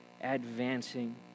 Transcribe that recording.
advancing